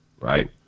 right